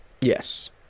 yes